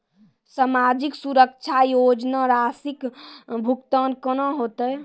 समाजिक सुरक्षा योजना राशिक भुगतान कूना हेतै?